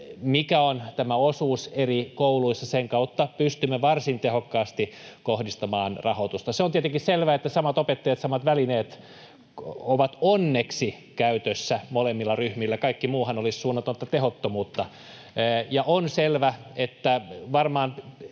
mikä on tämä osuus eri kouluissa, sen kautta pystymme varsin tehokkaasti kohdistamaan rahoitusta. Se on tietenkin selvää, että samat opettajat, samat välineet, ovat onneksi käytössä molemmilla ryhmillä, kaikki muuhan olisi suunnatonta tehottomuutta. On selvä, että varmaan